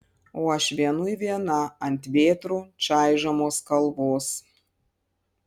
o aš vienui viena ant vėtrų čaižomos kalvos